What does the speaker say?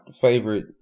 favorite